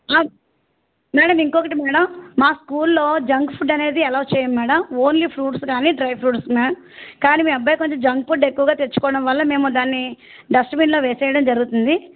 ఆ మేడం ఇంకొకటి మేడం మా స్కూల్లో జంక్ ఫుడ్ అనేది అలౌ చెయ్యం మేడం ఓన్లీ ఫ్రూప్ట్స్ కానీ డ్రై ఫ్రూప్ట్స్ మామ్ కానీ మీ అబ్బాయి కొంచెం జంక్ ఫుడ్ ఎక్కువగా తెచ్చుకోవడం వల్ల మేము దాన్ని డస్ట్ బిన్లో వేసేయడం జరుగుతుంది